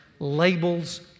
labels